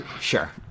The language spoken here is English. sure